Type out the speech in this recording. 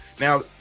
Now